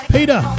Peter